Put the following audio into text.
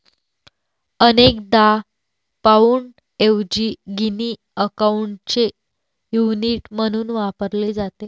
अनेकदा पाउंडऐवजी गिनी अकाउंटचे युनिट म्हणून वापरले जाते